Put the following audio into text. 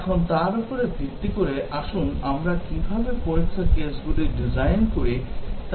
এখন তার উপর ভিত্তি করে আসুন আমরা কীভাবে পরীক্ষার কেসগুলি ডিজাইন করি তা দেখতে দিন